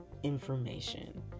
information